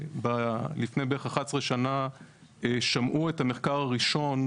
לפני בערך 11 שנה שמעו את המחקר הראשון,